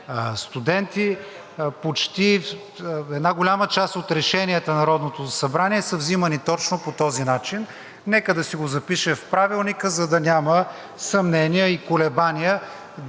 студенти, една голяма част от решенията на Народното събрание, са вземани точно по този начин. Нека да си го запишем в Правилника, за да няма съмнения и колебания